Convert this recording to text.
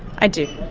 i do,